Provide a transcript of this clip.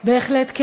בהחלט כן.